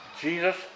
Jesus